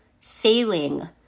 sailing